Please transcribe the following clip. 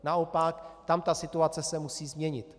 Naopak, tam ta situace se musí změnit.